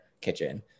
kitchen